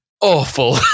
awful